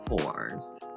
fours